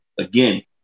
Again